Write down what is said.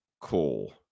Cool